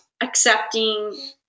accepting